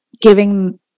giving